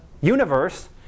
universe